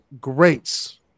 greats